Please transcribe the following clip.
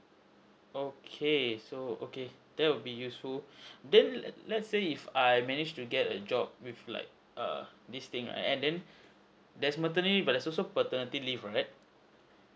okay so okay that would be useful then let's say if I manage to get a job with like err this thing right and and then that's maternity but there's also paternity leave right